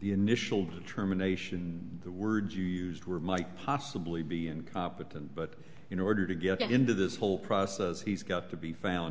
the initial determination the words you used were might possibly be incompetent but in order to get into this whole process he's got to be found